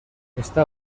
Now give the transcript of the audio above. está